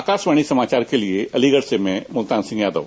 आकाशवाणी समाचार के लिए अलीगढ़ से मैं मुल्तान सिंह यादव